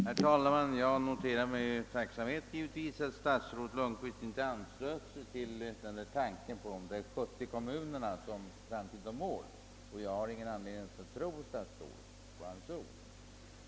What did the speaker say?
Herr talman! Jag noterar givetvis med tacksamhet att statsrådet Lundkvist inte ansluter sig till tanken på de 70 kommunerna som ett framtida mål, och jag har ingen anledning att inte tro herr statsrådet på hans ord i det fallet.